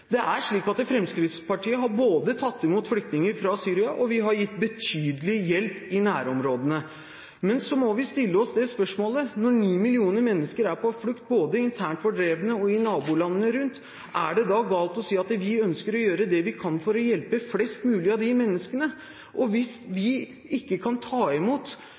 Det er slik at Fremskrittspartiet både har tatt imot flyktninger fra Syria og har gitt betydelig hjelp i nærområdene. Vi må stille oss spørsmålet: Når 9 millioner mennesker er på flukt, fordrevet både internt og i nabolandene rundt, er det da galt å si at vi ønsker å gjøre det vi kan for å hjelpe flest mulig av de menneskene? Det er jo ikke slik at representanten Karin Andersen har foreslått at vi skal ta imot